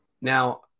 Now